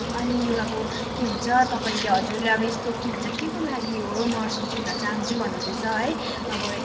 अनि यो अब के हुन्छ तपाईँले हजुरले अब यस्तो के भन्छ केको लागि हो नर्सिङ चाहिँ हुन चाहन्छु भन्नुहुँदैछ है अब